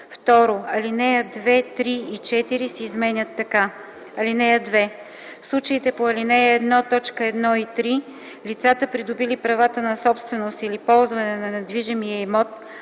2. Алинеи 2, 3 и 4 се изменят така: „(2) В случаите по ал. 1, т. 1 и 3 лицата, придобили правата на собственост или ползване на недвижимия имот,